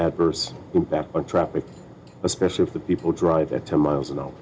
adverse impact on traffic especially if the people drive ten miles an hour